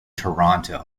toronto